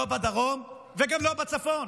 לא בדרום וגם לא בצפון.